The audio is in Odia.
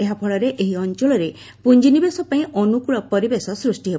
ଏହା ଫଳରେ ଏହି ଅଞ୍ଚଳରେ ପୁଞ୍ଜିନିବେଶ ପାଇଁ ଅନୁକୂଳ ପରିବେଶ ସୃଷ୍ଟି ହେବ